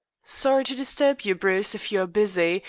sorry to disturb you, bruce, if you are busy,